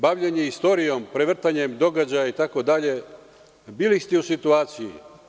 Bavljenje istorijom, prevrtanjem događaja itd, bili ste u situaciji.